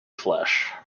flesh